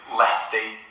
lefty